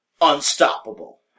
Unstoppable